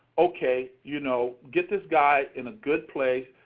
okay, you know, get this guy in a good place,